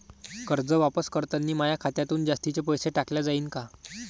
कर्ज वापस करतांनी माया खात्यातून जास्तीचे पैसे काटल्या जाईन का?